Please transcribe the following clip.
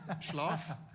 Schlaf